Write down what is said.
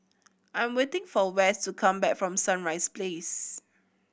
I'm waiting for Wess to come back from Sunrise Place